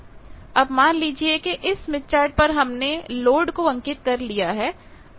अब मान लीजिए कि इस स्मिथचार्ट पर हमने लोड को अंकित कर लिया है